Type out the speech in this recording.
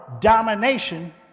domination